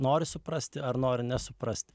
nori suprasti ar nori nesuprasti